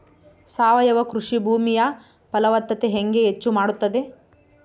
ಸಾವಯವ ಕೃಷಿ ಭೂಮಿಯ ಫಲವತ್ತತೆ ಹೆಂಗೆ ಹೆಚ್ಚು ಮಾಡುತ್ತದೆ?